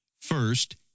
First